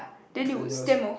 then there was